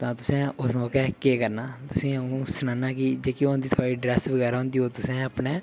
तां तुसें उस मौके केह् करना तुसेंगी अ'ऊं सनाना कि जेह्की ओह् होंदी थुआढ़ी ड्रेस बगैरा होंदी ओह् तुसें अपनै